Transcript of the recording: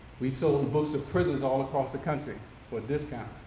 we sold the books to prisoners all across the country for a discount.